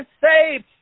saved